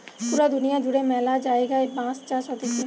পুরা দুনিয়া জুড়ে ম্যালা জায়গায় বাঁশ চাষ হতিছে